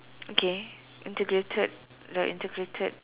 okay integrated the integrated